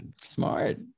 Smart